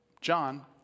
John